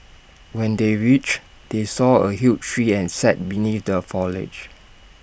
when they reached they saw A huge tree and sat beneath the foliage